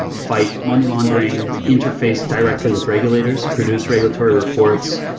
fight money laundering, interface directly with regulators, produce regulatory reports,